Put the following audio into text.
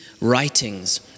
writings